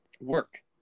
work